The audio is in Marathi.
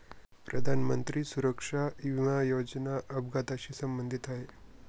प्रधानमंत्री सुरक्षा विमा योजना अपघाताशी संबंधित आहे